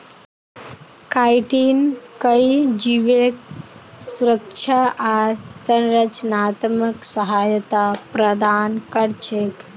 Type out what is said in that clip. chitin कई जीवके सुरक्षा आर संरचनात्मक सहायता प्रदान कर छेक